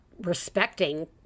respecting